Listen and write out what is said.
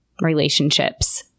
relationships